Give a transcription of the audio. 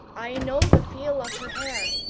i know the feel of her hair.